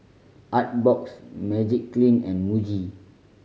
Artbox Magiclean and Muji